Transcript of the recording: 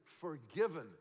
forgiven